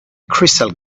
crystal